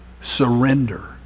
surrender